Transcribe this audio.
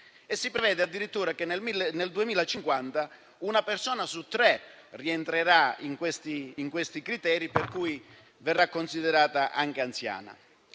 Si prevede addirittura che nel 2050 una persona su tre rientrerà in questi criteri, in ragione dei quali verrà considerata anziana.